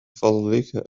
فضلك